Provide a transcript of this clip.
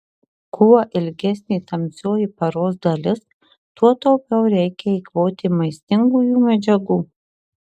kuo ilgesnė tamsioji paros dalis tuo taupiau reikia eikvoti maistingųjų medžiagų